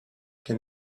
can